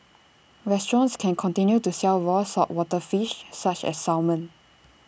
restaurants can continue to sell raw saltwater fish such as salmon